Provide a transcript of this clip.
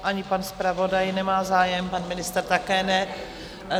Ani pan zpravodaj nemá zájem, pan ministr také ne.